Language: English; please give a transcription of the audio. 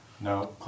No